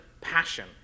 passion